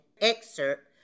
excerpt